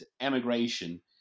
emigration